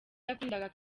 yakundaga